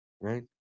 right